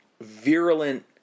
virulent